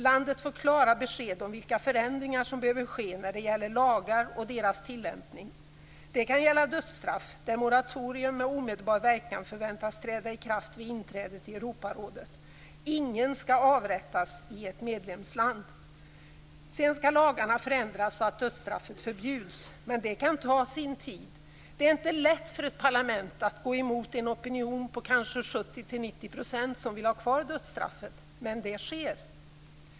Landet får klara besked om vilka förändringar som behöver ske när det gäller lagar och deras tillämpning. Det kan gälla dödsstraff, där moratorium med omedelbar verkan förväntas träda i kraft vid inträdet i Europarådet. Ingen skall avrättas i ett medlemsland. Sedan skall lagarna förändras så att dödsstraff förbjuds, men det kan ta sin tid. Det är inte lätt för ett parlament att gå emot en opinionen med kanske 70-80% av befolkningen som vill behålla dödsstraffet, men det sker.